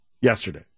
yesterday